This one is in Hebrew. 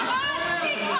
נחיה ונראה.